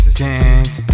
dance